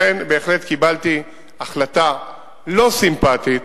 לכן בהחלט קיבלתי החלטה לא סימפתית,